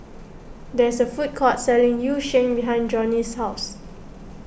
there is a food court selling Yu Sheng behind Johney's house